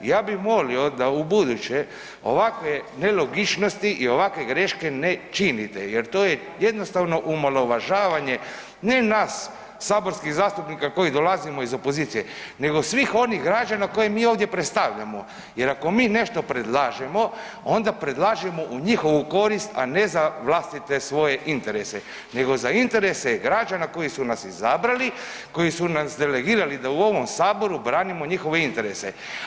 Ja bih molio da ubuduće ovakve nelogičnosti i ovakve greške ne činite jer to je jednostavno omalovažavanje, ne nas saborskih zastupnika koji dolazimo iz opozicije nego svih onih građana koje mi ovdje predstavljamo jer ako mi nešto predlažemo onda predlažemo u njihovu korist, a ne za vlastite svoje interese nego za interese građana koji su nas izabrali, koji su nas delegirali da u ovom Saboru branimo njihove interese.